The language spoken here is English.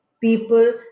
people